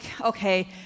okay